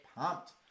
pumped